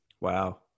Wow